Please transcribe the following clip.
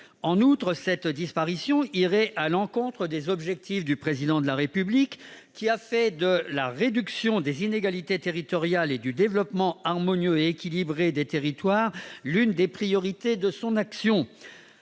En outre, cette disparition irait à l'encontre des objectifs du Président de la République, qui a fait de la réduction des inégalités territoriales et du développement harmonieux et équilibré des territoires l'une des priorités de son action,